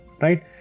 right